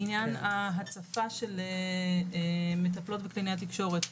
לעניין ההצפה של המטפלות וקלינאיות התקשורת,